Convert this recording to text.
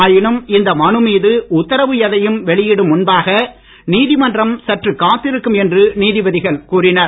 ஆயினும் இந்த மனு மீது உத்தரவு எதையும் வெளியிடும் முன்பாக நீதிமன்றம் சற்று காத்திருக்கும் என்று நீதிபதிகள் கூறினர்